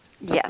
Yes